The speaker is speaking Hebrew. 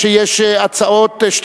לבדוק, חבר הכנסת בילסקי.